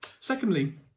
Secondly